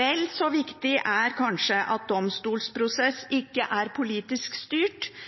Vel så viktig er kanskje at domstolsprosessene ikke er politisk styrt,